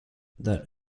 that